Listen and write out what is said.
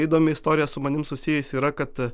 įdomi istorija su manim susijusi yra kad